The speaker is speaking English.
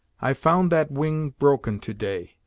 i found that wing broken to-day!